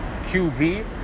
QB